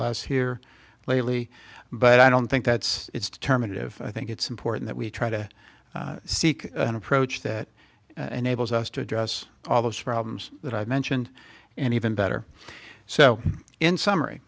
less here lately but i don't think that's determinative i think it's important that we try to seek an approach that enables us to address all those problems that i mentioned and even better so in summary